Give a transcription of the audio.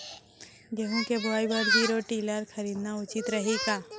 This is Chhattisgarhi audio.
गेहूँ के बुवाई बर जीरो टिलर खरीदना उचित रही का?